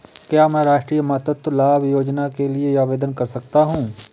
क्या मैं राष्ट्रीय मातृत्व लाभ योजना के लिए आवेदन कर सकता हूँ?